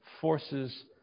forces